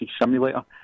Simulator